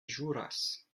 ĵuras